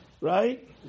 right